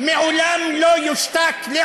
ראש המועצה, עם עקל,